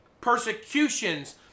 persecutions